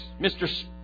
Mr